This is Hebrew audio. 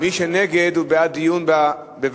מי שנגד הוא בעד דיון בוועדה.